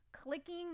Clicking